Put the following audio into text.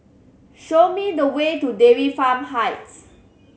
show me the way to Dairy Farm Heights